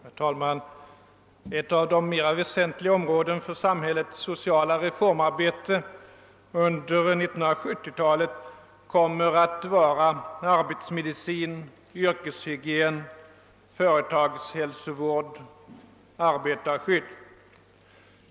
Herr talman! Några av de mera väsentliga områdena för samhällets sociala reformarbete under 1970-talet kommer att vara arbetsmedicin, yrkeshygien, företagshälsovård och = arbetarskydd.